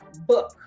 book